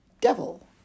devil